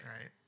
right